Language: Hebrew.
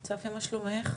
צפי, מה שלומך?